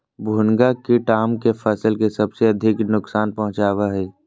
भुनगा कीट आम के फसल के सबसे अधिक नुकसान पहुंचावा हइ